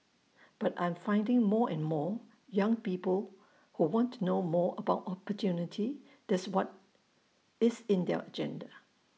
but I'm finding more and more young people who want to know more about opportunity that's what's in their agenda